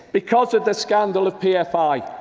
because of the scandal of pfi,